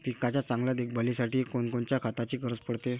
पिकाच्या चांगल्या देखभालीसाठी कोनकोनच्या खताची गरज पडते?